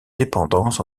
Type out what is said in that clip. dépendance